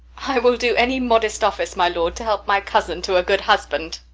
i will do any modest office, my lord, to help my cousin to a good husband.